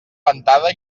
ventada